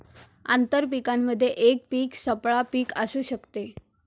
आंतर पीकामध्ये एक पीक सापळा पीक असू शकते